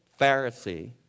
Pharisee